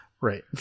Right